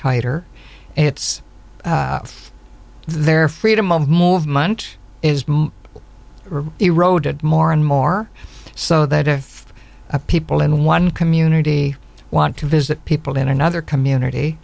tighter it's their freedom of movement is more eroded more and more so that if people in one community want to visit people in another community